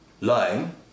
lying